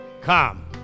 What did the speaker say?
come